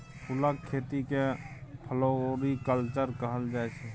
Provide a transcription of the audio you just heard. फुलक खेती केँ फ्लोरीकल्चर कहल जाइ छै